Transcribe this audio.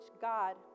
God